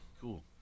Cool